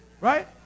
right